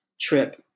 trip